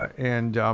and